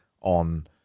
on